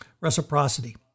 reciprocity